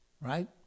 right